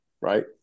right